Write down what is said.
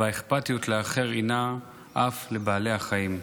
והאכפתיות לאחר הינה אף לבעלי החיים.